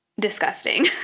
disgusting